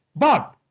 but